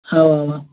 اَوہ اَوہ